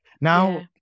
Now